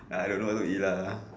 I don't know what to eat lah ah !huh!